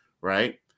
right